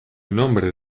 nombre